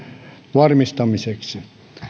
varmistamiseksi